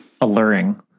alluring